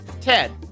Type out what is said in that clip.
Ted